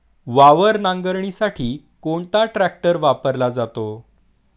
वावर नांगरणीसाठी कोणता ट्रॅक्टर वापरला जातो?